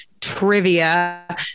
trivia